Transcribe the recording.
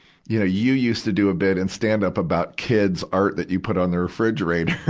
you know, you used to do a bit in stand-up about kids' art that you put on the refrigerator.